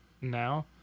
now